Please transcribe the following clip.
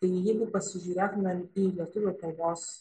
tai jeigu pasižiūrėtume į lietuvių kalbos